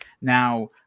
now